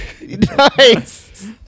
nice